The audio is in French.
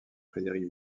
frédéric